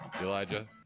elijah